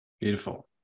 Beautiful